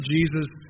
Jesus